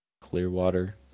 Clearwater